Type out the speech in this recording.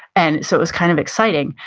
and so it was kind of exciting,